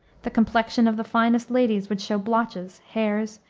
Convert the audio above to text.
the complexion of the finest ladies would show blotches, hairs,